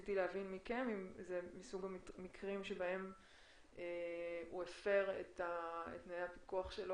רציתי להבין מכם אם זה מסוג המקרים שבהם הופרו תנאי הפיקוח.